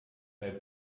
bei